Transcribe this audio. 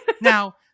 Now